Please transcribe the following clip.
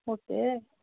okay